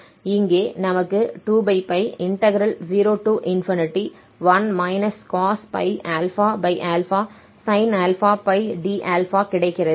இங்கே நமக்கு 20π∝ sin απ d∝ கிடைக்கிறது